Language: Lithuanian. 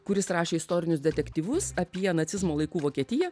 kuris rašė istorinius detektyvus apie nacizmo laikų vokietiją